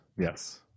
yes